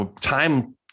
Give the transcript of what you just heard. time